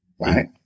right